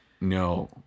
no